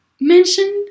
mentioned